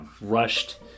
rushed